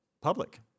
public